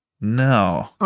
No